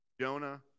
Jonah